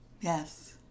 Yes